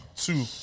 two